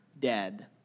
dead